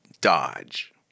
dodge